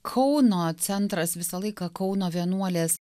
kauno centras visą laiką kauno vienuolės